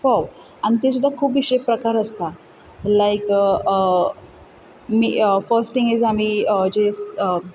फोव हांचे सुद्दां खुबशे प्रकार आसतात लायक फर्स्ट थींग इज आमी जे